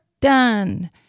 done